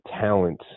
talent